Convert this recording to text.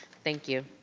thank you.